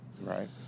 Right